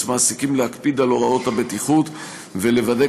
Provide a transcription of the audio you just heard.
מעסיקים להקפיד על הוראות הבטיחות ולוודא,